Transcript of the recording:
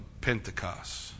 Pentecost